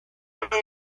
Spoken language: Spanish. está